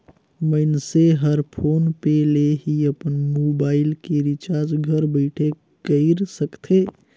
मइनसे हर PhonePe ले ही अपन मुबाइल के रिचार्ज घर बइठे कएर सकथे